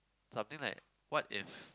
something like what is